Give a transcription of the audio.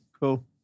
Cool